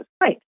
Right